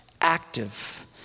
active